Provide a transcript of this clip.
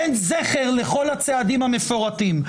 אין זכר לכל הצעדים המפורטים.